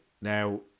now